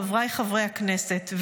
חבריי חברי הכנסת,